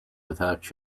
without